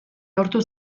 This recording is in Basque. lortu